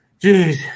Jeez